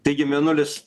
taigi mėnulis